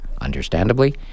understandably